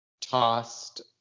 tossed